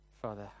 Father